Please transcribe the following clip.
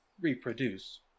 reproduce